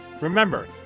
Remember